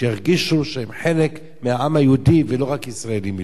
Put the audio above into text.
שירגישו שהם חלק מהעם היהודי ולא רק ישראלים.